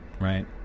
right